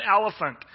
elephant